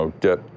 get